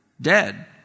dead